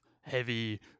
heavy